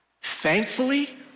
Thankfully